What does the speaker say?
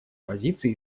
позиций